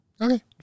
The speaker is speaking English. Okay